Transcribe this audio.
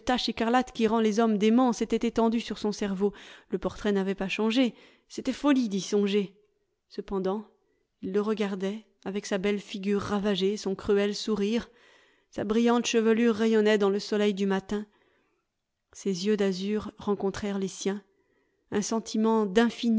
écarlate qui rend les hommes déments s'était étendue sur son cerveau le portrait n'avait pas changé c'était folie d'y songer cependant il le regardait avec sa belle figure ravagée son cruel sourire sa brillante chevelure rayonnait dans le soleil du matin ses yeux d'azur rencontrèrent les siens un sentiment